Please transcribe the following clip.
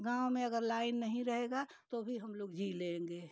गाँव में अगर लाइन नहीं रहेगा तो भी हम लोग जी लेंगे